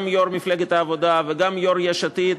גם יו"ר מפלגת העבודה וגם יו"ר יש עתיד,